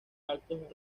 actos